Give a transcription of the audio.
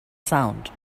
sound